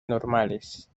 normales